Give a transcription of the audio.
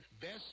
Best